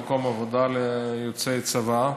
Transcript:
למקום עבודה ליוצאי צבא.